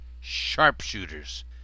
Sharpshooters